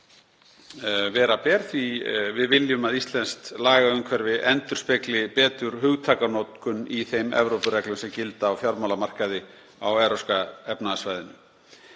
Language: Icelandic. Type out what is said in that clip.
vera ber því að við viljum að íslenskt lagaumhverfi endurspegli betur hugtakanotkun í þeim Evrópureglum sem gilda á fjármálamarkaði á Evrópska efnahagssvæðinu.